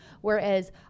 Whereas